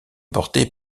portés